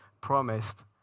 promised